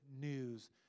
news